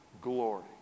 glory